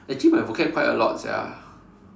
actually my vocab quite a lot sia